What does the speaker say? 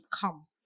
Come